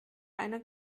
eine